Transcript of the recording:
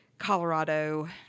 colorado